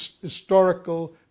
historical